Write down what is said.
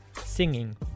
singing